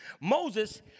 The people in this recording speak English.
Moses